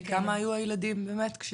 בני כמה היו הילדים באמת?